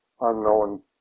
unknown